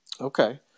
Okay